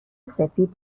سفید